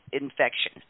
infection